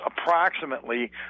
approximately